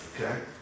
okay